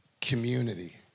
community